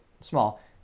small